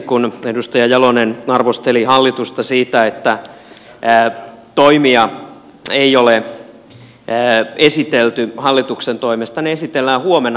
kun edustaja jalonen arvosteli hallitusta siitä että toimia ei ole esitelty hallituksen toimesta ne esitellään huomenna